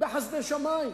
בחסדי שמים,